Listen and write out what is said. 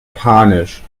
panisch